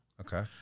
Okay